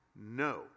No